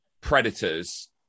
predators